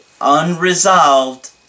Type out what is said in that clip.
unresolved